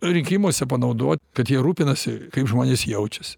rinkimuose panaudot kad jie rūpinasi kaip žmonės jaučiasi